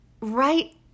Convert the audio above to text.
right